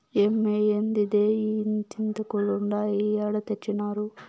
ఏమ్మే, ఏందిదే ఇంతింతాకులుండాయి ఏడ తెచ్చినారు